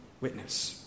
Witness